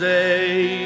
day